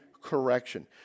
correction